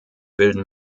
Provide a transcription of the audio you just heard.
bilden